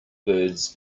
birds